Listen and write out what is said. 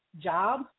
job